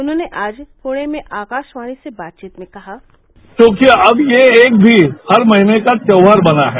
उन्होंने आज पुणे में आकाशवाणी से बातचीत में कहा क्योंकि अब ये एक भी हर महीने का त्यौहार बना है